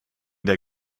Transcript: der